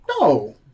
No